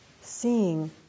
seeing